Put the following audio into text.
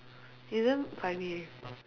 it's damn funny